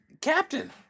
captain